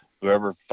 whoever